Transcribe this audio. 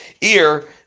ear